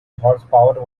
horsepower